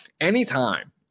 anytime